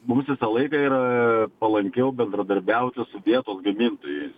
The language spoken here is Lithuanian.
mums visą laiką yra palankiau bendradarbiauti su vietos gamintojais